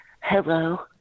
Hello